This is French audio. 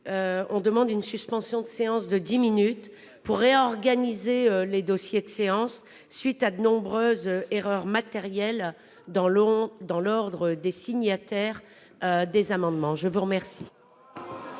sollicitons une suspension de séance de quelques minutes pour réorganiser les dossiers de séance à la suite de nombreuses erreurs matérielles dans l'ordre des signataires des amendements. Acte vous est